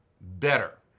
better